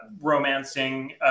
romancing